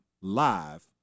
live